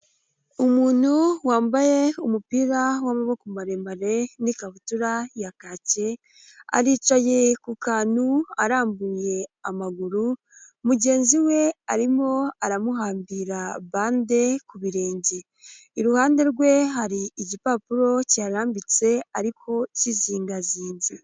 Umuntu wambaye umupira w'amaboko maremare n'ikabutura ya kake, aricaye ku kantu arambuye amaguru, mugenzi we arimo aramuhambira bande ku birenge. Iruhande rwe hari igipapuro kirambitse ariko kizingazinze.